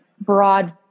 broad